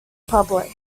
public